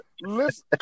listen